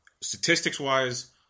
Statistics-wise